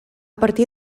partir